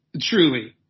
Truly